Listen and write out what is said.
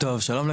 טוב שלום לכולם,